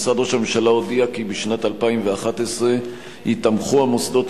משרד ראש הממשלה הודיע כי בשנת 2011 ייתמכו המוסדות